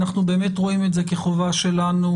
אנחנו באמת רואים את זה כחובה שלנו,